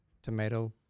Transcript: tomato